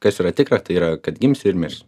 kas yra tikra tai yra kad gimsi ir mirsi